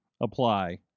apply